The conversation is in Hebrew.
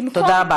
תודה רבה.